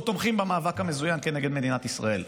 או תומכים במאבק המזוין כנגד מדינת ישראל.